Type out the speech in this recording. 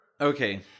Okay